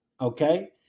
okay